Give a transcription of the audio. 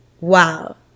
Wow